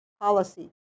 policy